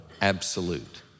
absolute